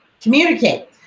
communicate